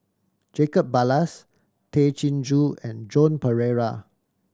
Jacob Ballas Tay Chin Joo and Joan Pereira